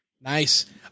Nice